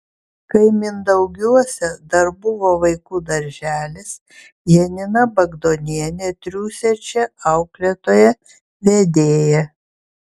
kai mindaugiuose dar buvo vaikų darželis janina bagdonienė triūsė čia auklėtoja vedėja